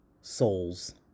souls